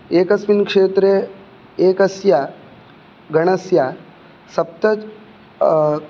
एकस्मिन् क्षेत्रे एकस्य गणस्य सप्त